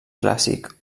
clàssic